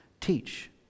teach